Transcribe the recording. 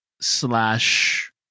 slash